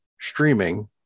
streaming